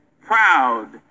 proud